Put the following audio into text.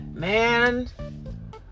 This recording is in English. Man